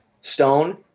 Stone